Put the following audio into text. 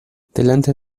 delante